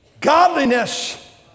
godliness